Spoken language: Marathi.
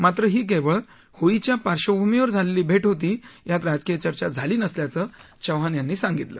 मात्र ही केवळ होळीच्या पार्श्वभूमीवर झालेली भेट होती यात राजकीय चर्चा झाली नसल्याचं चौहान यांनी सांगितलं